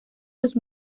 los